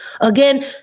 again